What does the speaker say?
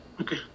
Okay